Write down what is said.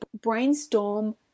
brainstorm